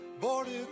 boarded